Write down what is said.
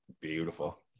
beautiful